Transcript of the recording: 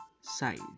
side